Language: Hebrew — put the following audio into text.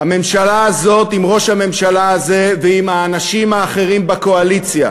הממשלה הזאת עם ראש הממשלה הזה ועם האנשים האחרים בקואליציה,